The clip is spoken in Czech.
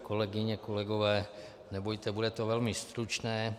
Kolegyně a kolegové, nebojte, bude to velmi stručné.